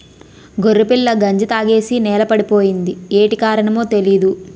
గొర్రెపిల్ల గంజి తాగేసి నేలపడిపోయింది యేటి కారణమో తెలీదు